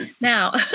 Now